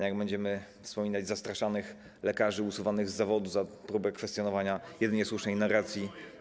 Jak będziemy wspominać zastraszanych lekarzy usuwanych z zawodu za próbę kwestionowania jedynej słusznej narracji?